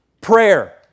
prayer